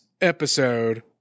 episode